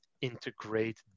integrate